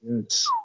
Yes